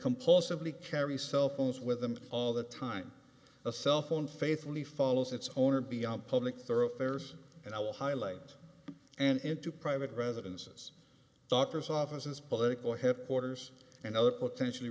compulsively carry cell phones with them all the time a cell phone faithfully follows its owner be on public thoroughfares and i will highlight and into private residences doctor's offices political headquarters and other potentially